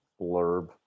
blurb